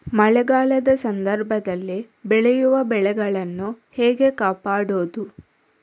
ಮಳೆಗಾಲದ ಸಂದರ್ಭದಲ್ಲಿ ಬೆಳೆಯುವ ಬೆಳೆಗಳನ್ನು ಹೇಗೆ ಕಾಪಾಡೋದು?